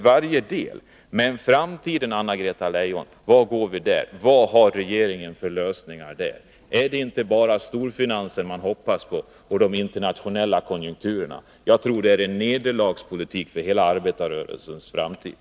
Vi skall bekämpa den öppna arbetslösheten till varje pris. Men vad har regeringen för lösning för framtiden? Är det inte bara storfinansen och de internationella konjunkturerna som man hoppas på? Jag tror att det är en politik som är negativ för hela arbetarrörelsens framtid.